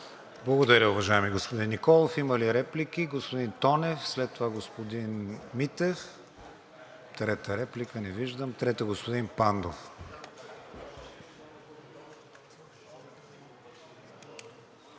Благодаря, уважаеми господин Николов. Има ли реплики? Господин Тонев, след това господин Митев, трета – господин Пандов.